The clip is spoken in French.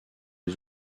les